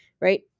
right